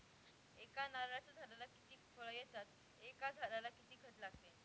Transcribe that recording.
एका नारळाच्या झाडाला किती फळ येतात? एका झाडाला किती खत लागते?